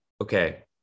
okay